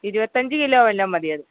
ഇരുപത്തി അഞ്ച് കിലോ വല്ലതും മതി അത്